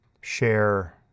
share